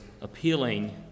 appealing